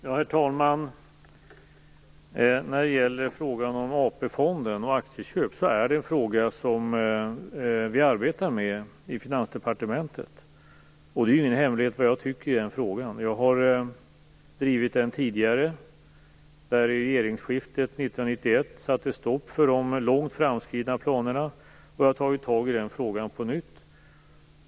Herr talman! Frågan om AP-fonden och aktieköp är en fråga som vi arbetar med i Finansdepartementet. Det är ju ingen hemlighet vad jag tycker i frågan. Jag har drivit den tidigare. Vid regeringsskiftet 1991 satte jag stopp för de långt framskridna planerna. Jag har nu tagit tag i frågan på nytt.